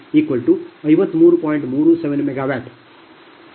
37 MW megawatt ಅನ್ನು ಪಡೆಯುತ್ತೀರಿ